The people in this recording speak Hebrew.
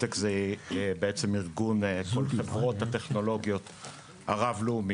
מדטק זה ארגון של כל חברות הטכנולוגיות הרב-לאומיות.